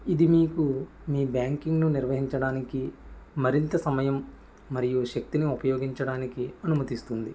ఇది మీకు మీ బ్యాంకింగ్ ను నిర్వహించడానికి మరింత సమయం మరియు శక్తిని ఉపయోగించడానికి అనుమతిస్తుంది